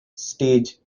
stage